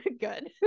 good